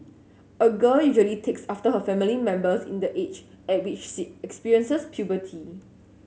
a girl usually takes after her family members in the age at which she experiences puberty